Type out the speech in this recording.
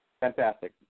Fantastic